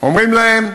אומרים להם: